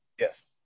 Yes